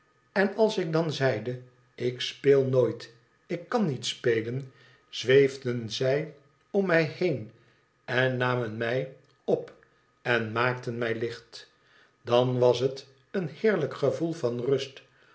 en als ik dan zeide ik speel nooit ik kan niet spelen zweefden zij om mij been en namen mij op en maakten mij licht dan was het een heerlijk gevoel van rust